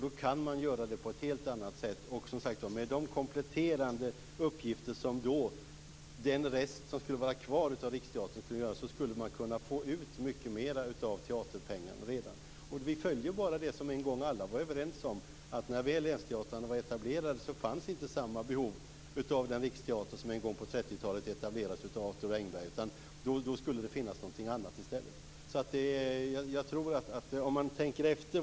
Då kan man göra det på ett helt annat sätt. Med de kompletterande uppgifter som den rest som skulle var kvar av Riksteatern kunde göra skulle man kunna få ut mycket mer av teaterpengarna. Vi följer bara det som en gång alla var överens om, att när väl länsteatrarna var etablerade fanns det inte samma behov av den Riksteater som en gång på 30-talet etablerades av Arthur Engberg. Då skulle det finnas någonting annat i stället.